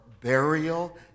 burial